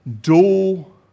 dual